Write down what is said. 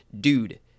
dude